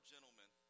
gentlemen